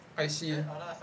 I see